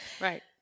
Right